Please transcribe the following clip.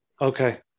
Okay